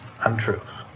untruth